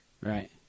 Right